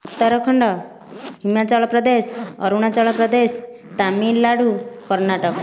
Uttarakhand Himachal Pradesh Arunachal Pradesh Tamil Nadu Karnataka